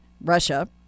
Russia